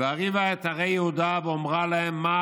"ואריבה את חֹרֵי יהודה ואֹמרה להם מה